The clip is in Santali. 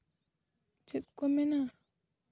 ᱪᱮᱫ ᱠᱚ ᱢᱮᱱᱟ